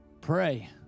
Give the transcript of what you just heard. pray